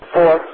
Four